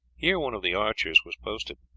here one of the archers was posted.